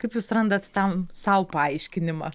kaip jūs randat tam sau paaiškinimą